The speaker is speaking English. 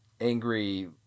angry